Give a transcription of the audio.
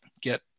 get